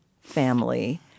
family